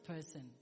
person